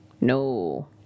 No